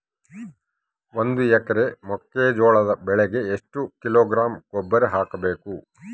ಒಂದು ಎಕರೆ ಮೆಕ್ಕೆಜೋಳದ ಬೆಳೆಗೆ ಎಷ್ಟು ಕಿಲೋಗ್ರಾಂ ಗೊಬ್ಬರ ಹಾಕಬೇಕು?